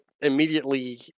immediately